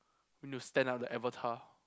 going to stand at the avatar